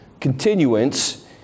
continuance